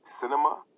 Cinema